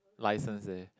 license eh